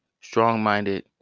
strong-minded